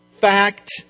fact